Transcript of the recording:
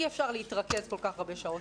אי-אפשר להתרכז כל כך הרבה שעות.